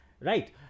Right